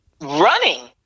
running